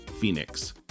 Phoenix